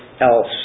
else